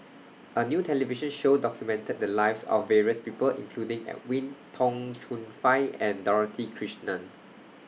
A New television Show documented The Lives of various People including Edwin Tong Chun Fai and Dorothy Krishnan